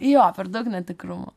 jo per daug netikrumo